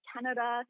Canada